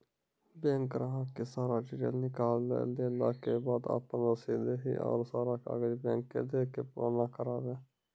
Bank ग्राहक के सारा डीटेल निकालैला के बाद आपन रसीद देहि और सारा कागज बैंक के दे के पुराना करावे?